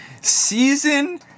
season